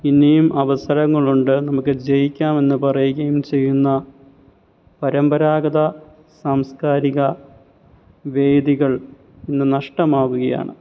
പിന്നേയും അവസരങ്ങളുണ്ട് നമുക്ക് ജയിക്കാം എന്നു പറയുകയും ചെയ്യുന്ന പരമ്പരാഗത സാംസ്ക്കാരിക വേദികൾ ഇന്ന് നഷ്ടമാവുകയാണ്